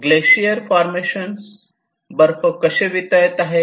glacier formations बर्फ कसे वितळत आहे